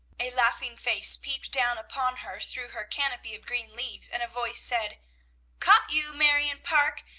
a laughing face peeped down upon her through her canopy of green leaves, and a voice said caught you, marion parke!